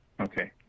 Okay